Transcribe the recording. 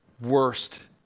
worst